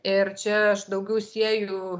ir čia aš daugiau sieju